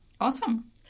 Awesome